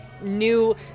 new